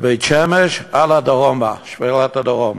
לבית-שמש והלאה דרומה, לשפלת הדרום.